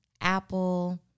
Apple